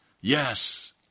yes